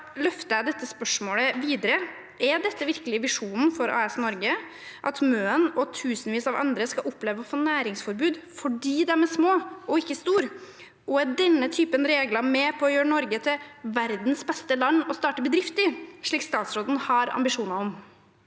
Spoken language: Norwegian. løfter jeg spørsmålet videre: Er dette virkelig visjonen for AS Norge – at Møen og tusenvis av andre skal oppleve å få næringsforbud fordi de er små og ikke store? Er denne typen regler med på å gjøre Norge til verdens beste land å starte bedrift i, slik statsråden har ambisjoner om?